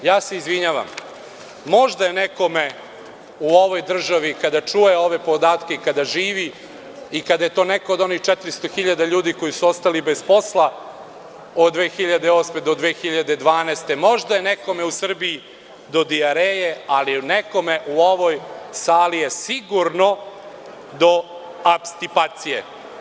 Izvinjavam se, možda je nekome u ovoj državi kada čuje ove podatke i kada živi i kada je neko od onih 400 hiljada ljudi koji su ostali bez posla od 2008 – 2012. godine, možda je nekome u Srbiji do dijareje, ali je nekome u ovoj sali sigurnodo opstipacije.